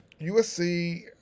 USC